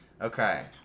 Okay